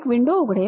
एक विंडो उघडेल